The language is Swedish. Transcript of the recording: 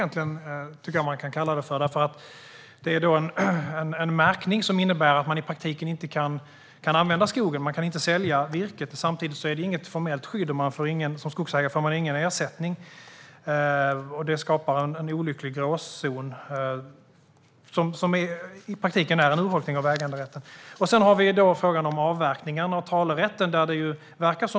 Det handlar om en märkning som i praktiken innebär att man inte kan använda skogen. Man kan inte sälja virket men samtidigt finns inget formellt skydd, och som skogsägare får man ingen ersättning. Detta skapar som sagt en olycklig gråzon som i praktiken är en urholkning av äganderätten. Vi har dessutom frågan om avverkning och talerätten.